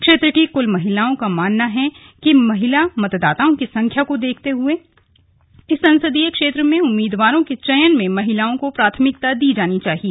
क्षेत्र की कुछ महिलाओं का मानना है कि महिला मतदाताओं की संख्या को देखते हुए इस संसदीय क्षेत्र में उम्मीदवारों के चयन में महिलाओं को प्राथमिकता देनी चाहिए